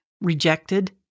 rejected